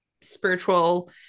spiritual